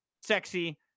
sexy